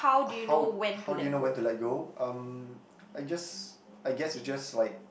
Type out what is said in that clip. how how do you know when to let go um I guess I guess is just like